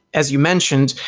as you mentioned,